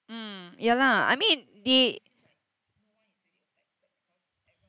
mm ya lah I mean they